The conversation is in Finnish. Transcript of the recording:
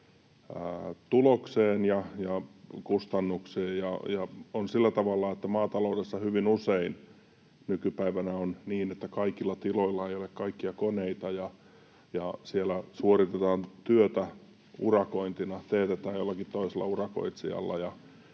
tulokseen ja kustannuksiin. On sillä tavalla, että maataloudessa hyvin usein nykypäivänä on niin, että kaikilla tiloilla ei ole kaikkia koneita ja siellä suoritetaan työtä urakointina, teetetään jollakin toisella urakoitsijalla.